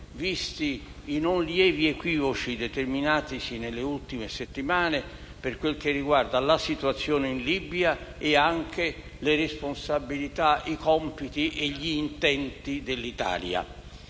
visti i non lievi equivoci determinatisi nelle ultime settimane per quanto riguarda la situazione in Libia e anche le responsabilità, i compiti e gli intenti dell'Italia.